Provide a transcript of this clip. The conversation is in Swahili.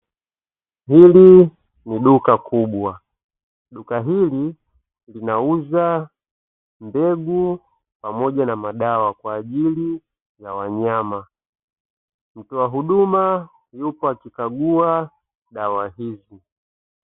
Hili ni duka kubwa. Duka hili linauza mbegu pamoja na madawa kwa ajili ya wanyama. Mtoa huduma yupo akikagua dawa hizi.